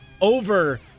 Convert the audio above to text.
over